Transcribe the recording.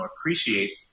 appreciate